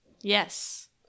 Yes